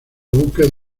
buques